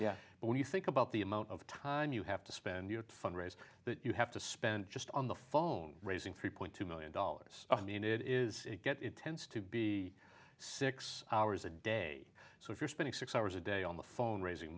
when you think about the amount of time you have to spend you know to fundraise that you have to spend just on the phone raising three point two million dollars i mean it is get it tends to be six hours a day so if you're spending six hours a day on the phone raising